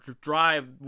drive